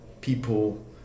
people